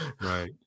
Right